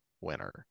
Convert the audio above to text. winner